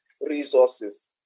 resources